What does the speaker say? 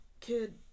kid